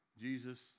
Jesus